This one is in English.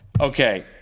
Okay